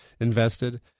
invested